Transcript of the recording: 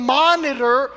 monitor